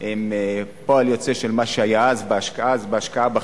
הם פועל יוצא של מה שהיה אז, בהשקעה בחינוך.